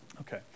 Okay